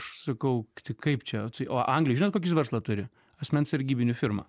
aš sakau tai kaip čia o tai o anglijoj žinot kokį jis verslą turi asmens sargybinių firmą